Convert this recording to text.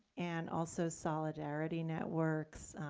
and also, solidarity networks,